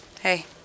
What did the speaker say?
Hey